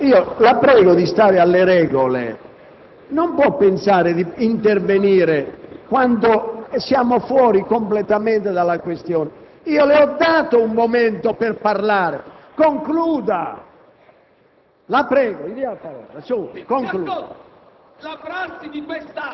Senatore Pistorio, la prego di stare alle regole: non può pensare di intervenire quando siamo completamente fuori dalla questione. Io le ho dato il momento per parlare, concluda.